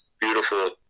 beautiful